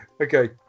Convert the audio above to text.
okay